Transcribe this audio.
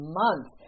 month